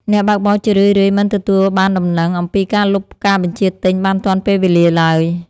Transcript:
អ្នកបើកបរជារឿយៗមិនទទួលបានដំណឹងអំពីការលុបការបញ្ជាទិញបានទាន់ពេលវេលាឡើយ។